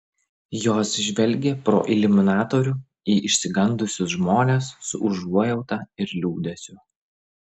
jos žvelgė pro iliuminatorių į išsigandusius žmones su užuojauta ir liūdesiu